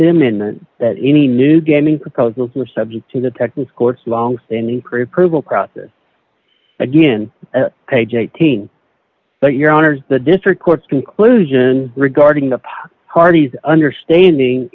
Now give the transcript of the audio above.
him in that any new gaming proposals were subject to the texas court's longstanding crew proven process again page eighteen but your honour's the district court's conclusion regarding the party's understanding